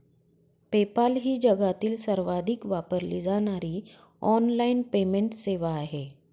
PayPal ही जगातील सर्वाधिक वापरली जाणारी ऑनलाइन पेमेंट सेवा आहे